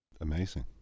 Amazing